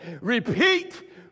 Repeat